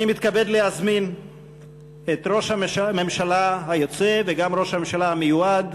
אני מתכבד להזמין את ראש הממשלה היוצא וגם ראש הממשלה המיועד,